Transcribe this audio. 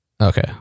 okay